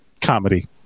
comedy